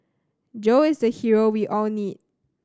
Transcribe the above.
Joe is the hero we all need